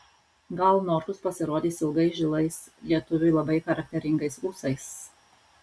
gal norkus pasirodys ilgais žilais lietuviui labai charakteringais ūsais